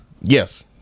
Yes